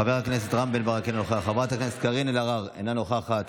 חבר הכנסת רם בן ברק, אינו נוכח,